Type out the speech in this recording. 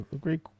great